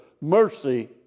Mercy